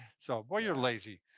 so. boy you're lazy.